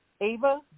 Ava